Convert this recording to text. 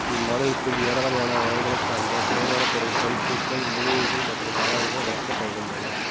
இம்மாநிலத்தில் ஏராளமான வகைகளைச் சேர்ந்த சுவை மணப் பொருட்கள் பூக்கள் மூலிகைகள் மற்றும் காளான்கள் வளர்க்கப்படுகின்றன